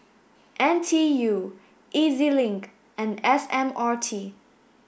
N T U E Z Link and S M R T